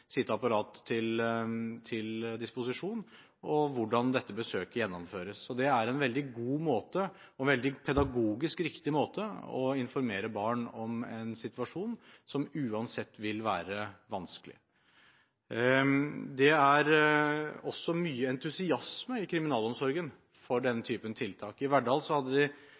sitt apparat til disposisjon, og hvordan dette besøket gjennomføres. Det er en veldig god og pedagogisk riktig måte å informere barn om en situasjon som uansett vil være vanskelig. Det er også mye entusiasme i kriminalomsorgen for denne typen tiltak. I Verdal opplever de også at de